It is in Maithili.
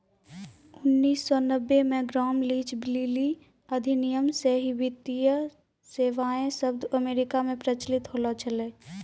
उन्नीस सौ नब्बे मे ग्राम लीच ब्लीली अधिनियम से ही वित्तीय सेबाएँ शब्द अमेरिका मे प्रचलित होलो छलै